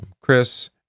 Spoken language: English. Chris